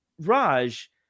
raj